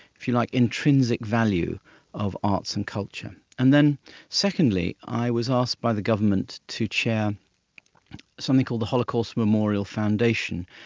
if you like, intrinsic value of arts and culture. and then secondly i was asked by the government to chair something called the holocaust memorial foundation,